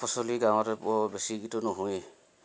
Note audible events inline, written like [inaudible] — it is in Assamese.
শাক পাচলি গাঁৱতে বেছি [unintelligible] নহয়েই